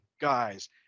guys